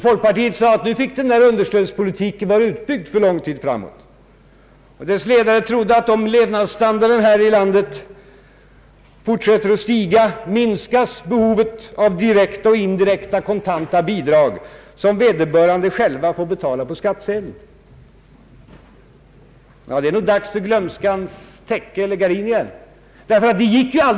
Folkpartiet sade att understödspolitiken nu fick vara utbyggd för lång tid framåt. Dess ledare trodde att om levnadsstandarden här i landet fortsätter att stiga minskas behovet av direkta och indirekta kontanta bidrag som vederbörande själva får betala på skattsedeln. Ja, det är nog dags för glömskans täcke eller gardin igen. Utvecklingen blev ju den rakt motsatta.